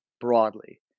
broadly